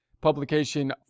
Publication